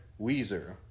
Weezer